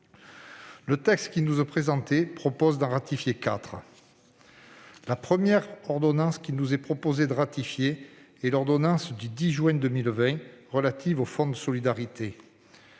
Le texte qui nous est présenté aujourd'hui en ratifie quatre. La première ordonnance qu'il nous est proposé de ratifier est l'ordonnance du 10 juin 2020 relative au fonds de solidarité.